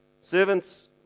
servants